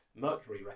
Mercury